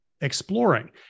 exploring